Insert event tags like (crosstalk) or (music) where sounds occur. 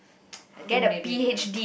(noise) I think maybe